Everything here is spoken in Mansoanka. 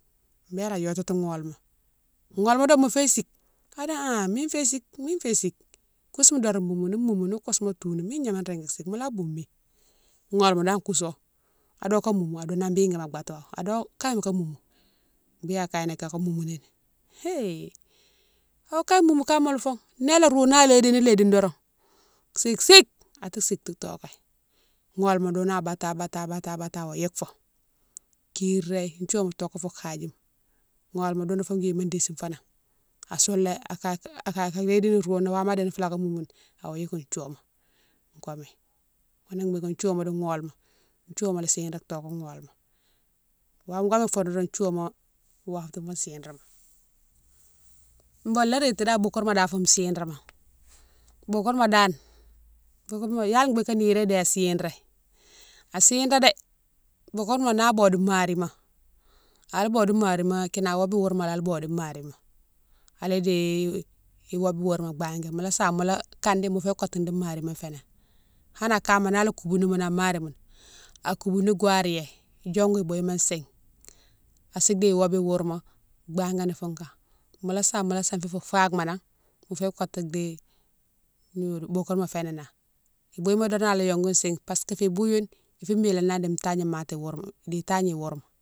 Bélé a yotati gholma- gholma do mo fiyé sike, ado ha ha mine fiyé sike mine fiyé sike kousoumi doron moumou ni- moumou ni kousouma tounou mine gnama régui sike mola boumi, gholma dane kouso ado ka moumou adounan an biguima abato, ado kaye moka moumou bine a kaye ni kaka moumou nini héhé awo kaye moumou kamalé fo nélé rouna alédini lédini doron sike- sike atou sike doké, gholma dounou abaté- abté- abaté- abaté awa yike fo kiréye thiouwouma doké fou hadjima, gholma dounou fou guima désifonan, asoulé a kaye, akaye rédini rouna wama adini fou laka moumou ni awa yike ni thiouwouma komé ghounné biké thiouwouma di gholma, thiouwouma chig-ré toké gholma, wama- wama mola foure doron thiouwouma watimo chig-réma. Bon la réti bougourma dane fou chig-réma, bougourma dane, bougourma yalé bigué niré di a chig-ré, a chig-ré dé, bougourma na bode marima, ala bode marima kinan wobe wourma ala bode marima, ala déye iwobe wourma bangué mola same mola kandi mo fiyé kotou di marima fénan hanan kama nala kouboune ni ghoune nan marimoune akoubouni gouwariyé diongou bouyima sigue, asi déye wobou wourma bangani fou kane mola same mola sanfi fou fagama nan mo fiyé kotou di gnodiou bougourma féni nan, bouyima doron ala yongou sigue parce que ibouyi ghoune ifé milénani di tagne mati wourma di tagni wourma.